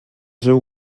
seu